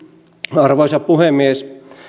arvoisa puhemies